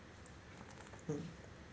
mm